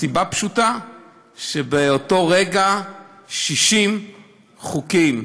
מסיבה פשוטה שבאותו רגע 60 חוקים,